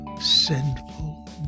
sinful